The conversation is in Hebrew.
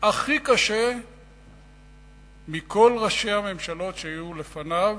הכי קשה מכל ראשי הממשלות שהיו לפניו,